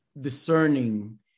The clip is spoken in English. discerning